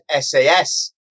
SAS